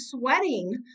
sweating